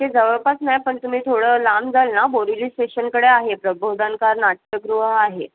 इथे जवळपास नाही पण तुम्ही थोडं लांब जाल ना बोरिवली स्टेशनकडे आहे प्रबोधनकार नाट्यगृह आहे